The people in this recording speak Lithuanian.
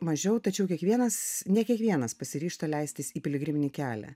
mažiau tačiau kiekvienas ne kiekvienas pasiryžta leistis į piligriminį kelią